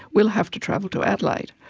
will have to travel to adelaide,